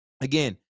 again